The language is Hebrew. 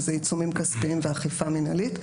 שהם עיצומים כספיים ואכיפה מנהלית.